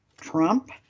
Trump